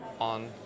on